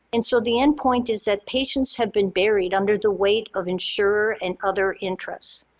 and so the endpoint is that patients have been buried under the weight of insurer and other interests.